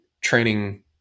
training